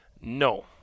No